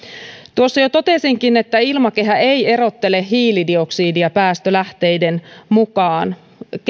tuossa jo totesinkin että ilmakehä ei erottele hiilidioksidia päästölähteiden mukaan